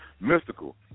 Mystical